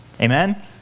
Amen